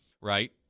right